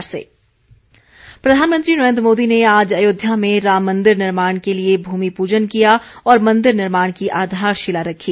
PM Ram मंदिर प्रधानमंत्री नरेन्द्र मोदी ने आज अयोध्या में राम मन्दिर निर्माण के लिए भूमि पूजन किया और मन्दिर निर्माण की आधारशिला रखी